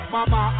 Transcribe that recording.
Mama